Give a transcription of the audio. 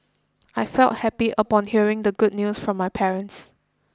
I felt happy upon hearing the good news from my parents